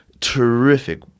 terrific